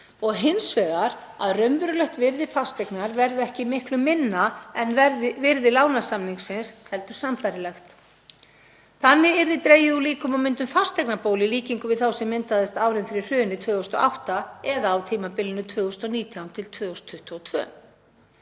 og hins vegar að raunverulegt virði fasteignar verði ekki miklu minna en virði lánasamningsins heldur sambærilegt. Þannig yrði dregið úr líkum á myndun fasteignabólu í líkingu við þá sem myndaðist árin fyrir hrunið 2008 eða á tímabilinu 2019–2022.